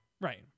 Right